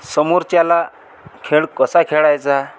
समोरच्याला खेळ कसा खेळायचा